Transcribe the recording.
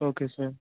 okay sir